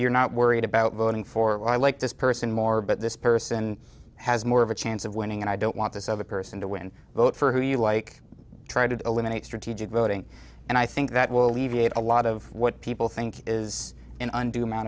you're not worried about voting for i like this person more but this person has more of a chance of winning and i don't want this other person to win a vote for who you like trying to eliminate strategic voting and i think that will alleviate a lot of what people think is an undue amount